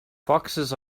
foxes